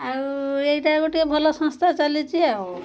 ଆଉ ଏଇଟା ଗୋଟିଏ ଭଲ ସଂସ୍ଥା ଚାଲିଛି ଆଉ